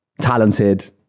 talented